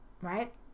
right